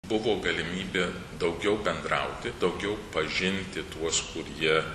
buvo galimybė daugiau bendrauti daugiau pažinti tuos kurie